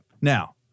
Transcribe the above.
Now